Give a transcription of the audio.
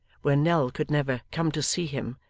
where nell could never come to see him,